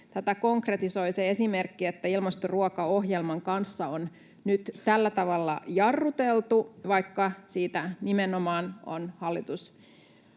tätä konkretisoi se esimerkki, että ilmastoruokaohjelman kanssa on nyt tällä tavalla jarruteltu, vaikka siitä nimenomaan on